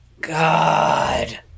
God